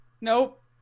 Nope